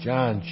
John